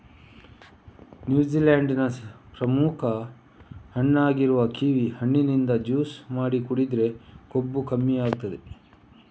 New Zealand ನ ಪ್ರಮುಖ ಹಣ್ಣಾಗಿರುವ ಕಿವಿ ಹಣ್ಣಿನಿಂದ ಜ್ಯೂಸು ಮಾಡಿ ಕುಡಿದ್ರೆ ಕೊಬ್ಬು ಕಮ್ಮಿ ಆಗ್ತದೆ